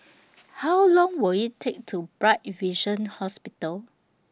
How Long Will IT Take to Walk to Bright Vision Hospital